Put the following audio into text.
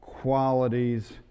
Qualities